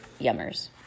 yummers